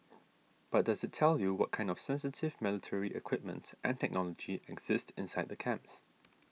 but does it tell you what kind of sensitive military equipment and technology exist inside the camps